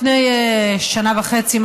לפני כשנה וחצי,